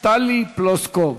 טלי פלוסקוב,